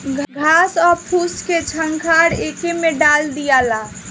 घास आ फूस के झंखार एके में डाल दियाला